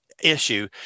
issue